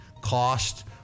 cost